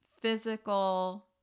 physical